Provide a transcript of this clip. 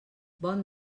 bon